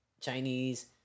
Chinese